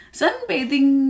sunbathing